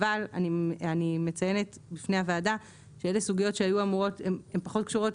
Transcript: אבל אני מציינת בפני הוועדה שאלה סוגיות שהן פחות קשורות